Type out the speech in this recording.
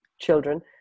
children